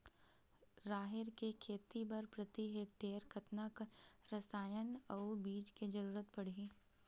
राहेर के खेती बर प्रति हेक्टेयर कतका कन रसायन अउ बीज के जरूरत पड़ही?